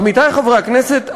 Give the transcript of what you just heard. עמיתי חברי הכנסת,